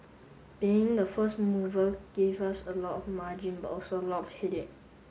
being the first mover gave us a lot of margin but also a lot headache